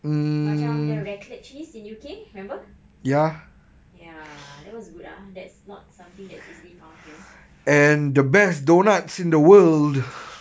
macam there's raclette cheese in U_K remember ya that was good ah that's not something that's easily found here